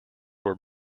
were